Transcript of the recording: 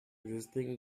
exciting